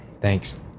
thanks